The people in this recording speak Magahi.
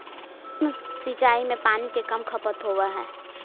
सूक्ष्म सिंचाई में पानी के कम खपत होवऽ हइ